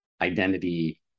identity